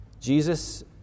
Jesus